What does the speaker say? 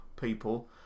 people